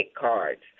cards